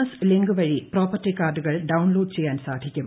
S link വഴി property കാർഡുകൾ download ചെയ്യാൻ സാധിക്കും